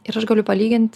ir aš galiu palygint